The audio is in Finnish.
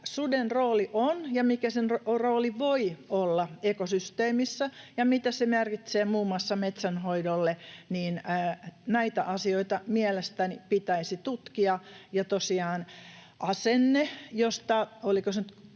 suden rooli on ja mikä sen rooli voi olla ekosysteemissä ja mitä se merkitsee muun muassa metsänhoidolle, mielestäni pitäisi tutkia. Ja tosiaan asenne,